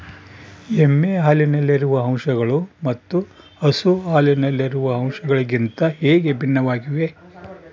ಎಮ್ಮೆ ಹಾಲಿನಲ್ಲಿರುವ ಅಂಶಗಳು ಮತ್ತು ಹಸು ಹಾಲಿನಲ್ಲಿರುವ ಅಂಶಗಳಿಗಿಂತ ಹೇಗೆ ಭಿನ್ನವಾಗಿವೆ?